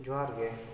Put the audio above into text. ᱡᱚᱦᱟᱨ ᱜᱮ